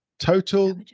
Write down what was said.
Total